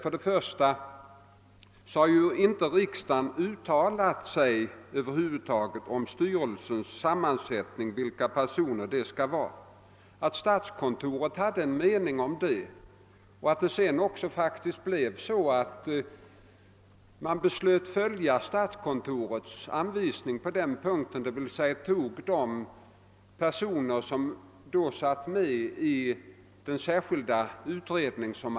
Riksdagen har ju över huvud taget inte uttalat sig om styrelsens sammansättning. Statskontoret hade en mening härom, och sedan blev det ju faktiskt så att inrikesministern följde statskontorets anvisning på den punkten, d.v.s. han valde de personer som satt i den särskilda arbetsgruppen.